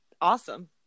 Awesome